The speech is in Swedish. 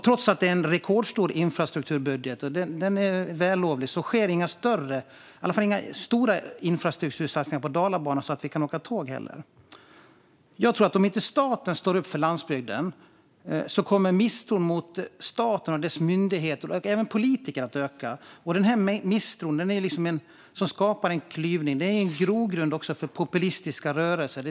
Trots att det är en rekordstor infrastrukturbudget, och den är vällovlig, sker inga stora infrastruktursatsningar på Dalabanan så att vi kan åka tåg. Om inte staten står upp för landsbygden tror jag att misstron mot staten och dess myndigheter och även politiker kommer att öka. Denna misstro som skapar en klyvning är också en grogrund för populistiska rörelser.